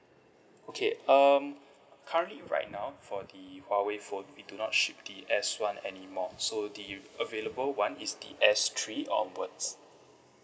okay um currently right now for the huawei phone we do not ship the S one anymore so the available one is the S three onwards